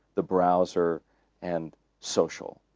the browser and social.